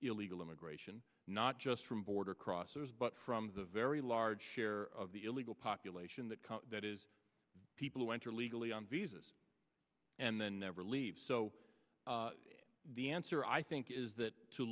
illegal immigration not just from border crossers but from the very large share of the illegal population that that is people who enter illegally on visas and then never leave so the answer i think is that to